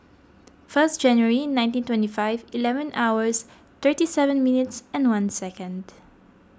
first January nineteen twenty five eleven hours thirty seven minutes and one second